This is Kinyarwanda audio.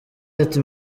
ati